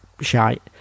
shite